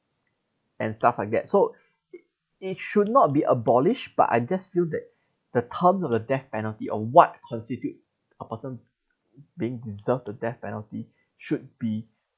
and stuff like that so it should not be abolished but I just feel that the terms of the death penalty of what constitutes a person being deserve the death penalty should be